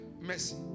mercy